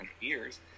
years